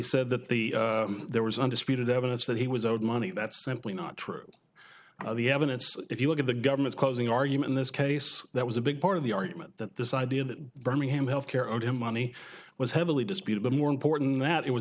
said that the there was undisputed evidence that he was owed money that's simply not true the evidence if you look at the government's closing argument in this case that was a big part of the argument that this idea that birmingham health care owed him money was heavily disputed but more important than that it was